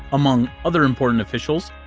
among other important officials,